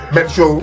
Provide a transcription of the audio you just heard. Metro